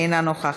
אינה נוכחת.